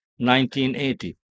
1980